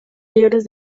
libros